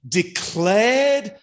declared